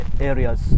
areas